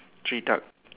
three duck